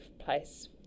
place